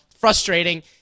frustrating